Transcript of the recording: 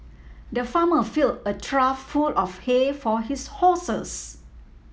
the farmer filled a trough full of hay for his horses